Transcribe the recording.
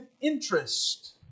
interest